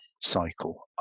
cycle